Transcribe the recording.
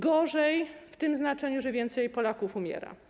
Gorzej, słabiej - w tym znaczeniu, że więcej Polaków umiera.